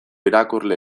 irakurle